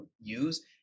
use